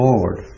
Lord